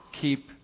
Keep